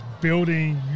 building